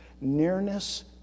nearness